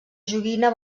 joguina